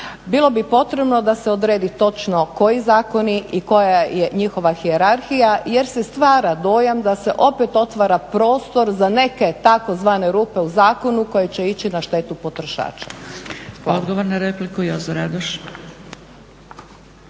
Bilo bi potrebno da se odredi točno koji zakoni i koja je njihova hijerarhija jer se stvara dojam da se opet otvara prostor za neke tzv. rupe u zakonu koje će ići na štetu potrošača. **Leko, Josip (SDP)** Odgovor na repliku, Jozo Radoš.